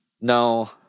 No